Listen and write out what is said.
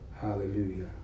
hallelujah